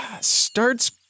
starts